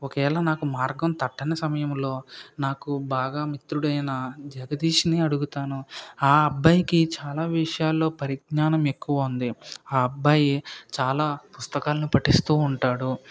ఒకేలా నాకు మార్గం తట్టని సమయంలో నాకు బాగా మిత్రుడైన జగదీషుని అడుగుతాను ఆ అబ్బాయికి చాలా విషయాల్లో పరిజ్ఞానం ఎక్కువ ఉంది ఆ అబ్బాయి చాలా పుస్తకాలను పఠిస్తూ ఉంటాడు